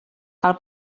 cal